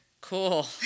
cool